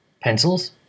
Pencils